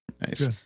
Nice